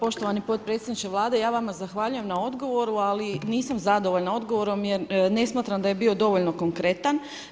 Poštovani potpredsjedniče Vlade, ja vama zahvaljujem na odgovoru, ali nisam zadovoljna odgovorom jer ne smatram da je bio dovoljno konkretan.